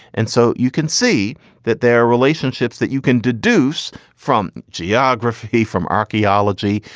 and so you can see that there are relationships that you can deduce from geography, from archeology.